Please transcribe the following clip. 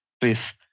please